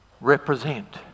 represent